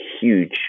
huge